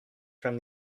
from